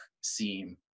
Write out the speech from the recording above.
seem